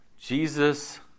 Jesus